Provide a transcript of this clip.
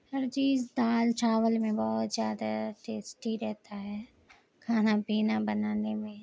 ہر چیز دال چاول میں بہت زیادہ ٹیسٹی رہتا ہے کھانا پینا بنانے میں